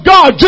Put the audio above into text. God